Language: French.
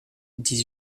dix